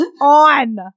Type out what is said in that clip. on